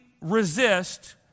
resist